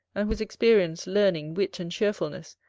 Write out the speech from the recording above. and whose experience, learning, wit, and cheerfulness,